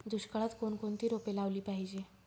दुष्काळात कोणकोणती रोपे लावली पाहिजे?